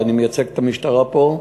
ואני מייצג את המשטרה פה,